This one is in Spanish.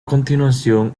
continuación